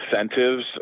incentives